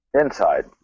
Inside